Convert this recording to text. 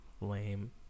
lame